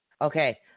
Okay